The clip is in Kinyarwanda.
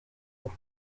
uko